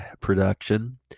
production